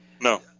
No